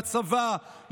בצבא,